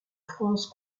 france